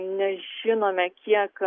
nežinome kiek